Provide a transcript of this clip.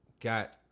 got